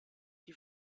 die